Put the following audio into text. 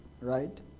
right